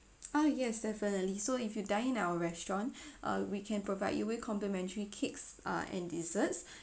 uh yes definitely so if you dine in our restaurant uh we can provide you with complimentary cakes ah and desserts